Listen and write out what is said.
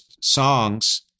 songs